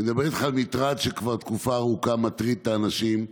ואני מדבר איתך על מטרד שכבר תקופה ארוכה מטריד את האנשים.